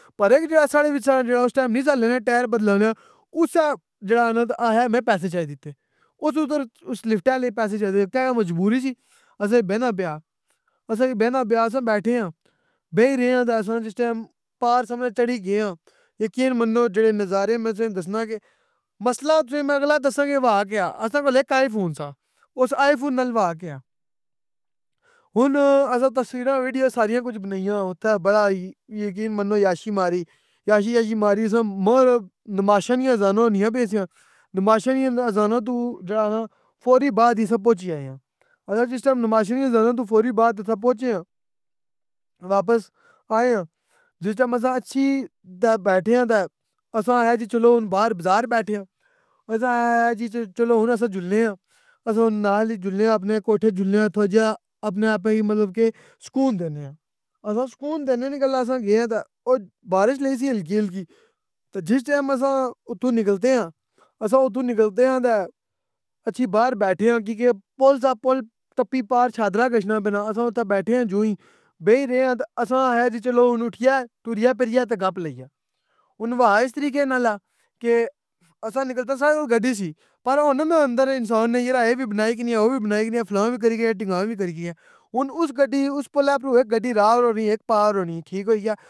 پرے کی جیڑا اساں نے وِچ سہ جیڑا اُس ٹیم نی سہ لینے ٹائر بدلانے آں، اُس جیڑا اخنا سہ آخے میں پیسے چائی دِتّے، اُس اُدر اُس لفٹ آلے کی پیسے چائی دتے کہ کرانں مجبوری سی اساں کی بینا پیا، اساں کی بینا پیا اساں بیٹھے آں، بے ای رے آں تہ اساں نہ جِس ٹیم پار سمجھ چھڑی گئے آں، یقین منو جیڑے نظارے میں تُساں کی دسنا کہ، مسئلہ تُساں کی میں اگلا دسنا کہ ہوا کیا، اساں کول اِک آئی فون سہ۔ اُس آئی فون نل ہوا کیا۔ ہن اساں تصویراں وڈیوز ساریاں کج بنائیاں اوتھے بڑا ای یقین منو عیاشی ماری۔ عیاشی یوشی مارس نہ مغرب نماشاں نیاں آزاناں ہونیاں پیاں سیاں۔ نماشان نیاں آزاناں توں جیڑا اخناں فوری بعد ای اساں پہنچی آئے آں۔ اساں جِس ٹیم نماشاں نی آزاناں توں فوری بعد اتھاں پہنچی آں واپس آئے آں، جِس ٹیم اساں ا ھی تہ بیٹھے آں تہ اساں آخیا کہ چلو ہن باہر بازار بیٹھے آں، اساں اخیا جی چلو ہن اساں جلنے آں۔ اساں ہن نال ای جلنے آں اپنے کوٹھے جلنے آں اتھو جیا اپنے آپے کی مطلب کہ سکون دینے آں، اساں سکون دینے نی گل اساں گئے آں تہ او بارش لگی سی ہلکی ہلکی تہ جِس ٹیم اساں اتھوں نکلتے آں، اساں اوتھوں نکلتے آں تہ اچھی باہر بیٹھے آں کیونکہ پل سہ پل تپی پار شاہدرہ گشنہ پینا اساں اُتھے بیٹھے آں جوں ای، بے ای رہے آں تہ اساں اخیا جی چلو ہن اٹھیے ٹریے پِھریے تہ گپ لئی اے۔ ہن ہوا اِس طریقے نال کہ اساں نکلتے ساں تہ گڈی سی, پر ہونا نہ اندر انسان نے یرا اے وی بنائی کنیا او وی بنائی کنیا فلانا وی کری کہ ڈھمکانا وی کری کنیا ۔ ہن اُس گڈی اُس پلا اپروں اک گڈی آر ہونی اک پار ہونی،